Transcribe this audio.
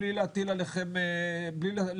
בלי להטיל עליכם קנס,